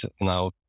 now